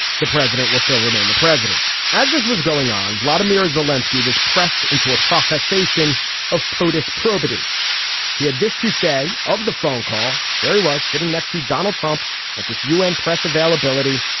the president will still remain the president as this was going on vladimir zelinsky was pressed into a professor version of potosi probity he had this to say of the phone call. there he was sitting next to donald trump at this u n. press availability.